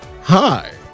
Hi